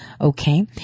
Okay